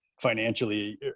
financially